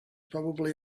probably